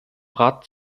rat